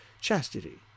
Chastity